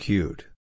Cute